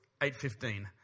8.15